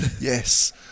Yes